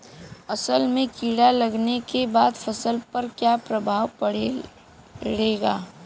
असल में कीड़ा लगने के बाद फसल पर क्या प्रभाव पड़ेगा?